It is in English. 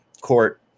court